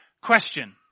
question